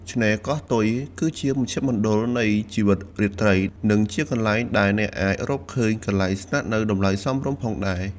ឆ្នេរកោះទុយ គឺជាមជ្ឈមណ្ឌលនៃជីវិតរាត្រី និងជាកន្លែងដែលអ្នកអាចរកឃើញកន្លែងស្នាក់នៅតម្លៃសមរម្យផងដែរ។